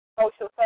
Social